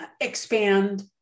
expand